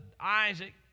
Isaac